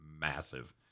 massive